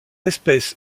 espèce